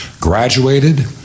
graduated